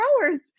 growers